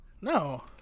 no